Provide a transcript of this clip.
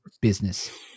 business